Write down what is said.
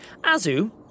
Azu